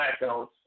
blackouts